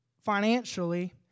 financially